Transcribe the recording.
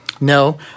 No